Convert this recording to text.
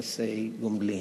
"יחסי גומלין",